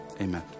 Amen